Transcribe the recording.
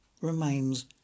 remains